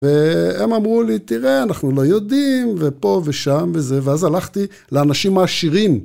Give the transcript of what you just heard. והם אמרו לי, תראה, אנחנו לא יודעים, ופה ושם וזה, ואז הלכתי לאנשים העשירים.